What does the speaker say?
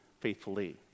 faithfully